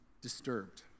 Disturbed